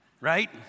Right